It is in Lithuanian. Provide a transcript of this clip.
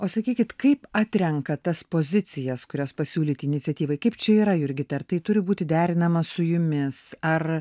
o sakykit kaip atrenkat tas pozicijas kurios pasiūlyti iniciatyvai kaip čia yra jurgita ar tai turi būti derinama su jumis ar